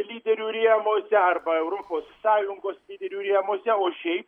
lyderių rėmuose arba europos sąjungos lyderių rėmuose o šiaip